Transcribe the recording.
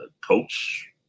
coach